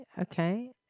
okay